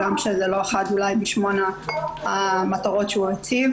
גם אם זה לא אחד משמונה המטרות שהוא הציב.